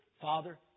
Father